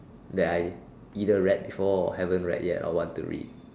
that I either read before or haven't read yet I what to read